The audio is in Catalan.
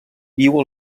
viu